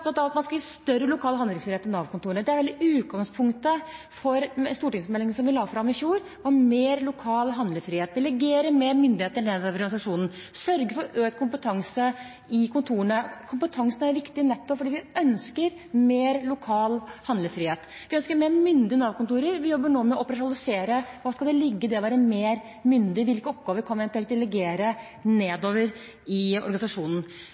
at man skal gi større lokal handlingsfrihet for Nav-kontoret. Det er utgangspunktet for stortingsmeldingen som vi la fram i fjor – ha mer lokal handlefrihet, delegere mer myndighet nedover i organisasjonen, sørge for økt kompetanse i kontorene. Kompetansen er viktig nettopp fordi vi ønsker mer lokal handlefrihet. Vi ønsker mer myndige Nav-kontorer. Vi jobber nå med å operasjonalisere: Hva skal det ligge i det å være mer myndig? Hvilke oppgaver kan en eventuelt delegere nedover i organisasjonen?